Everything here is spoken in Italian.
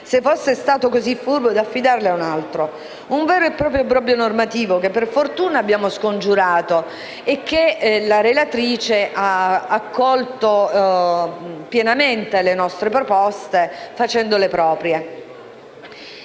se fosse stato così furbo da affidarli a un altro. È un vero e proprio obbrobrio normativo che - per fortuna - abbiamo scongiurato, grazie anche alla relatrice che ha accolto pienamente le nostre proposte, facendole proprie.